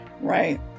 right